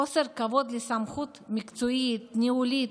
חוסר כבוד לסמכות מקצועית, ניהולית,